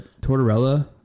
Tortorella